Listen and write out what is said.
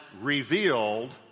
revealed